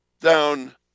down